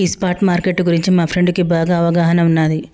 ఈ spot market గురించి మా ఫ్రెండుకి బాగా అవగాహన ఉన్నాది